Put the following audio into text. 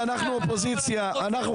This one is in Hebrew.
אנחנו הצגנו שורה ארוכה מאוד של שאלות